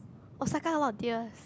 Osaka a lot of deers